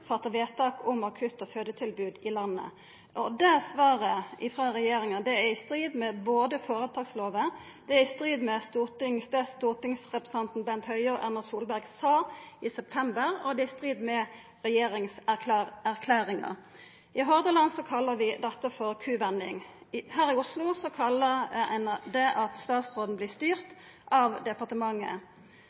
fatta vedtak om akutt- og fødetilbod i landet. Det svaret frå regjeringa er i strid med foretaksloven, det er i strid med det som stortingsrepresentantane Bent Høie og Erna Solberg sa i september, og det er i strid med regjeringserklæringa. I Hordaland kallar vi dette ei «kuvending». Her i Oslo kallar ein det for at statsråden vert styrt av departementet.